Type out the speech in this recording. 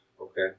Okay